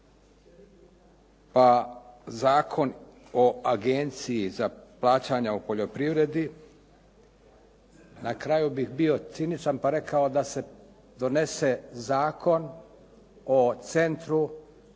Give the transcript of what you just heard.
pa Zakon o Agenciji za plaćanja o poljoprivredi. Na kraju bih bio ciničan pa rekao da se donese Zakon o Centru za doživotno,